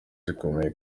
zikomeye